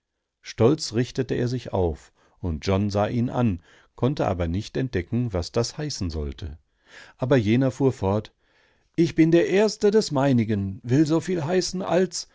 stolz richtete er sich auf und john sah ihn an konnte aber nicht entdecken was das heißen sollte aber jener fuhr fort ich bin der erste des meinigen will so viel heißen als